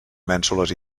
mènsules